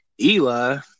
Eli